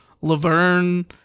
Laverne